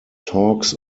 talks